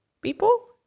people